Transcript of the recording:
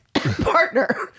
partner